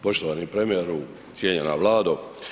Poštovani premijeru, cijenjena Vlado.